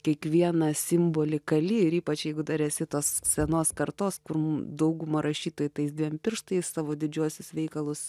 kiekvieną simbolį kali ir ypač jeigu dar esi tos senos kartos kur dauguma rašytojų tais dviem pirštais savo didžiuosius veikalus